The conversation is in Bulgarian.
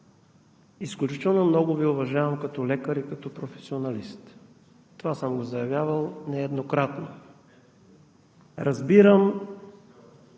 изключително много Ви уважавам като лекар и професионалист – това съм го заявявал нееднократно. Разбирам